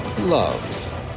love